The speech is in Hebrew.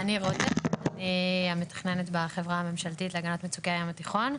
החברה הממשלתית להגנת מצוקי הים התיכון.